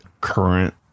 current